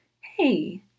Hey